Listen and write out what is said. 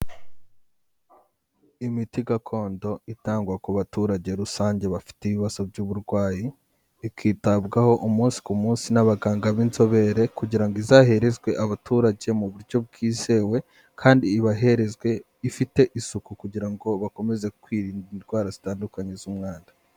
Imiti gakondo itangwa ku baturage rusange bafite ibibazo by'uburwayi, ikitabwaho umunsi ku munsi n'abaganga b'inzobere kugira ngo izaherezwe abaturage mu buryo bwizewe kandi ibaherezwe ifite isuku kugira ngo bakomeze kwirinda indwara zitandukanye z'umwanda.